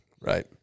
Right